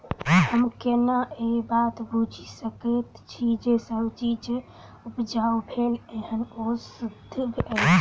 हम केना ए बात बुझी सकैत छी जे सब्जी जे उपजाउ भेल एहन ओ सुद्ध अछि?